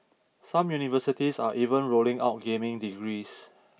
some universities are even rolling out gaming degrees